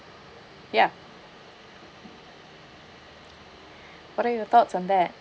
ya what are your thoughts on that